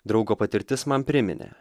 draugo patirtis man priminė